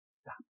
stop